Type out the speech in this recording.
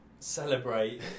celebrate